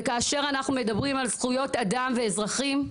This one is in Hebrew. וכאשר אנחנו מדברים על זכויות אדם ואזרחים,